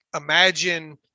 imagine